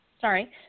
Sorry